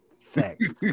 Thanks